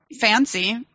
fancy